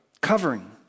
covering